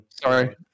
sorry